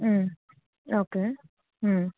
okay